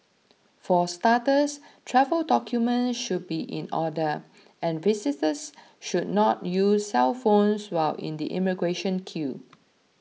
for starters travel documents should be in order and visitors should not use cellphones while in the immigration queue